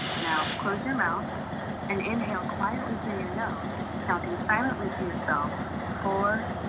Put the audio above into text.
now, close your mouth and inhale quietly through your nose counting silently to yourself, four,